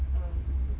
um